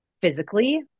physically